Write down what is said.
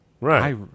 Right